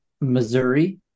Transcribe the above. Missouri